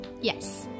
Yes